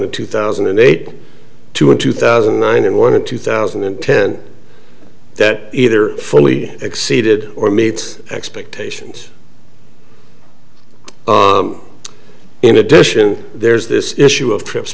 to two thousand and eight two in two thousand and nine and one in two thousand and ten that either fully exceeded or meets expectations in addition there's this issue of trips